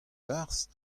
barzh